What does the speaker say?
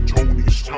Tony's